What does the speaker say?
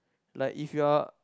like if you are